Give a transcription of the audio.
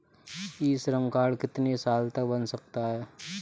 ई Shram card कितने साल तक बन सकता है?